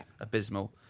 abysmal